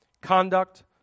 conduct